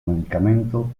medicamento